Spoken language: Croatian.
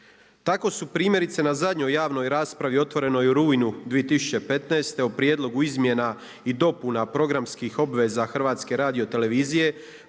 Tako su primjerice na zadnjoj javnoj raspravi otvorenoj u rujnu 2015. o Prijedlogu izmjena i dopuna programskih obveza HRT-a proizašlih